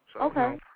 Okay